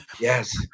Yes